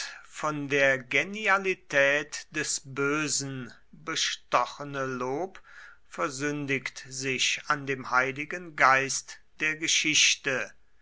von der genialität des bösen bestochene lob versündigt sich an dem heiligen geist der geschichte